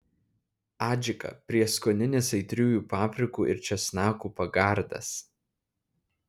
adžika prieskoninis aitriųjų paprikų ir česnakų pagardas